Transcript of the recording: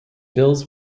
bills